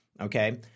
okay